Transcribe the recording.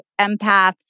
empaths